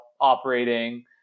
operating